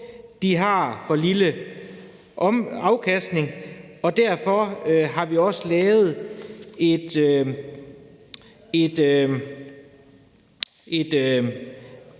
de har for lille omsætning. Derfor har vi også lavet en